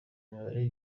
imibare